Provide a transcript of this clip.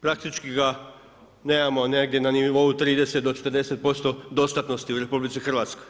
Praktički ga nemamo negdje na nivou 30 do 40% dostatnosti u RH.